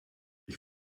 ich